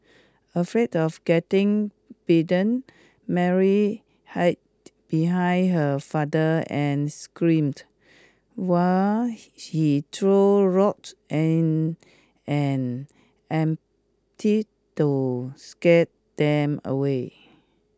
afraid of getting bitten Mary hide behind her father and screamed while she threw rocks in an to scared them away